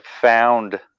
found